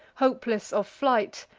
hopeless of flight,